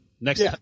Next